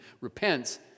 repents